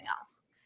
else